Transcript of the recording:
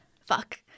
Fuck